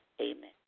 Amen